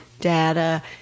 data